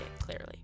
clearly